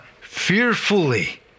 fearfully